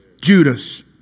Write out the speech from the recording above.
Judas